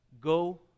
go